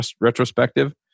retrospective